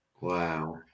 Wow